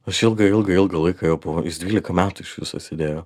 aš ilgą ilgą ilgą laiką jau po dvylika metų iš viso sėdėjo